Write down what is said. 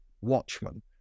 Watchmen